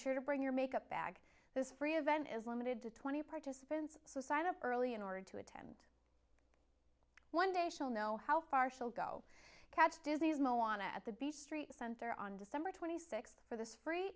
sure to bring your makeup bag this free event is limited to twenty participants so sign up early in order to attend one day she'll know how far she'll go catch disney's milan at the beach street center on december twenty sixth for this free